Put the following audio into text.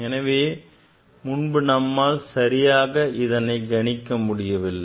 எனவே முன்பு நம்மால் சரியாக அதனை கணிக்க முடியவில்லை